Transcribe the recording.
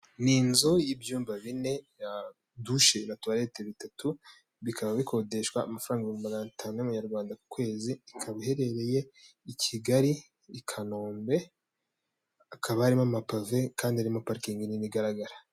Ni nzu y'ibyumba bine ya dushe na tuwareti bitatu, bikaba bikodeshwa amafaranga ibihumbi magana itanu y'amanyarwanda ku kwezi. Ikaba iherereye i Kigali, i Kanombe. Hakaba harimo amapave kandi imo parikingi nini igaragara.